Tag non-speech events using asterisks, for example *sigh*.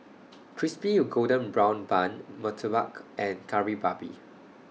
*noise* Crispy Golden Brown Bun Murtabak and Kari Babi